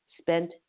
spent